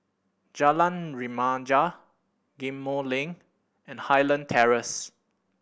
Jalan Remaja Ghim Moh Link and Highland Terrace